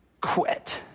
quit